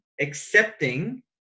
accepting